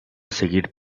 seguir